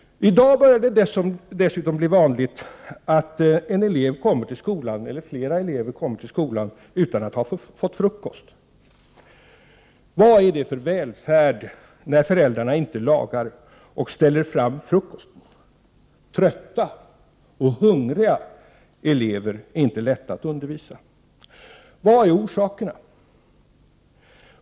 I dag börjar det dessutom bli vanligt att en elev, eller kanske flera elever, kommer till skolan utan att ha fått frukost hemma. Vad är det för välfärd när föräldrarna inte lagar och ställer fram frukosten? Trötta och hungriga elever är det inte lätt att undervisa. Vad är orsaken?